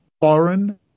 Foreign